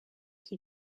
qui